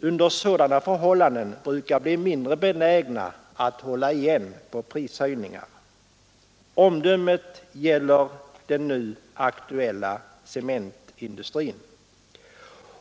under sådana förhållanden brukar bli mindre benägna att hålla igen på prishöjningar. Omdömet gäller den nu aktuella cementindustrin.